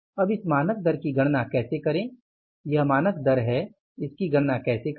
अब इस मानक दर की गणना कैसे करें यह मानक दर है इसकी गणना कैसे करें